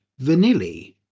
vanilli